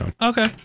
Okay